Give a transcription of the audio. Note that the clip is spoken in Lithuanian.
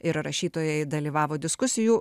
ir rašytojai dalyvavo diskusijų